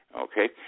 Okay